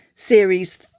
series